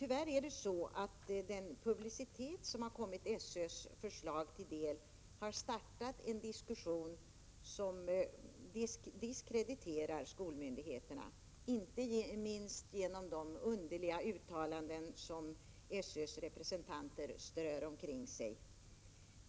Tyvärr är det emellertid så att den publicitet som har kommit SÖ:s förslag till del har satt i gång en diskussion som diskrediterar skolmyndigheterna — inte minst genom de underliga uttalanden som representanter för SÖ strör omkring sig.